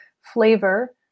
flavor